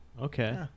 Okay